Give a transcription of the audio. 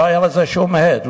לא היה לזה שום הד,